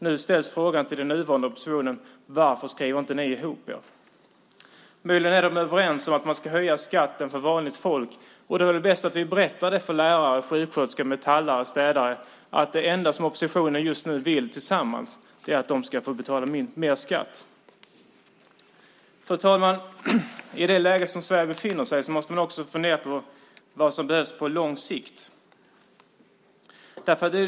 Nu ställs frågan till den nuvarande oppositionen. Varför skriver ni inte ihop er? Möjligen är de överens om att de ska höja skatten för vanligt folk. Då är det bäst att vi berättar för lärare, sjuksköterskor, metallare och städare att det enda som oppositionen just nu vill tillsammans är att de ska få betala mer skatt. Fru talman! I det läge som Sverige befinner sig måste man också fundera på vad som behövs på lång sikt.